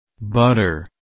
Butter